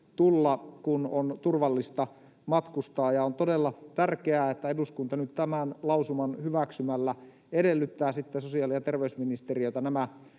tulla, kun on turvallista matkustaa. Ja on todella tärkeää, että eduskunta nyt tämän lausuman hyväksymällä edellyttää sitten sosiaali- ja terveysministeriötä